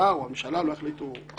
השר או הממשלה לא החליטו אחרת,